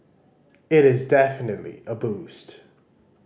it is definitely a boost